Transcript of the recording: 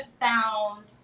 found